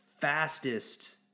fastest